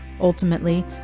Ultimately